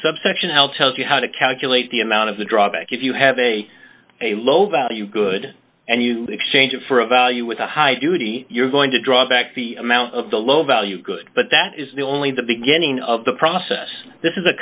subsection l tells you how to calculate the amount of the drawback if you have a a low value good and you exchange it for a value with a high duty you're going to draw back the amount of the low value good but that is the only the beginning of the process this is a